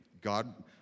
God